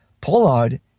Pollard